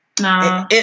No